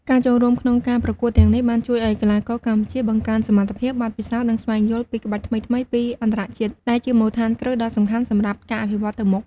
ការចូលរួមក្នុងការប្រកួតទាំងនេះបានជួយឲ្យកីឡាករកម្ពុជាបង្កើនសមត្ថភាព បទពិសោធន៍ និងស្វែងយល់ពីក្បាច់ថ្មីៗពីអន្តរជាតិ ដែលជាមូលដ្ឋានគ្រឹះដ៏សំខាន់សម្រាប់ការអភិវឌ្ឍទៅមុខ។